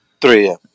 Three